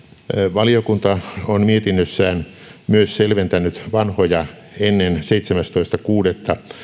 valiokunta on mietinnössään myös selventänyt vanhoja ennen seitsemästoista kuudetta